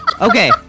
Okay